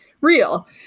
real